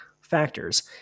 factors